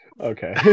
Okay